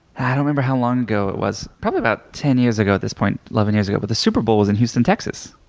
i don't remember how long ago it was. probably about ten years ago, at this point eleven years ago. but the super bowl was in houston, texas.